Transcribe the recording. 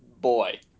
boy